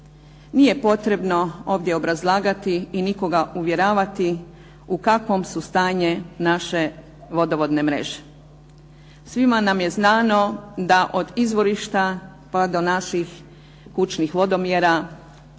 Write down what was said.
Nije potrebno ovdje obrazlagati i nikoga uvjeravati u kakvom su stanju naše vodovodne mreže. Svima nam je znano da od izvorišta pa do naših kućnih vodomjera